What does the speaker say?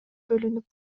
бөлүнүп